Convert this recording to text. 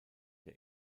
der